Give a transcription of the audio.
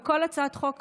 וכל הצעת חוק